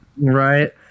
Right